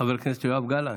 חבר הכנסת יואב גלנט,